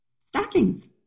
stockings